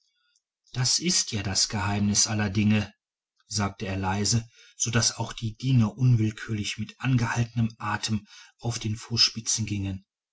das ist ja das geheimnis aller dinge sagte er leise so daß auch die diener unwillkürlich mit angehaltenem atem auf den fußspitzen gingen